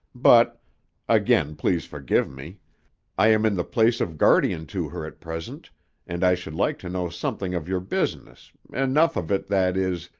but again please forgive me i am in the place of guardian to her at present and i should like to know something of your business, enough of it, that is,